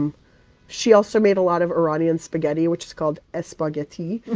um she also made a lot of iranian spaghetti, which is called espaghetti